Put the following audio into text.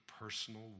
personal